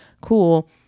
Cool